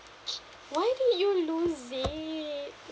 why did you lose it